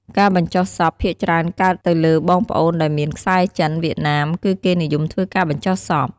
ការបញ្ចុះសពភាគច្រើនកើតទៅលើបងប្អូនដែលមានខ្សែរចិន វៀតណាម គឺគេនិយមធ្វើការបញ្ចុះសព។